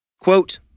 Quote